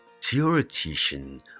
theoretician